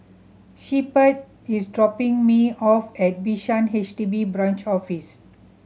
Shepherd is dropping me off at Bishan H D B Branch Office